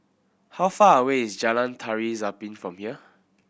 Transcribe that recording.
how far away is Jalan Tari Zapin from here